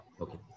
Okay